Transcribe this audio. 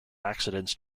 accidents